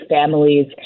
families